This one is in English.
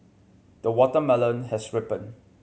the watermelon has ripened